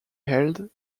held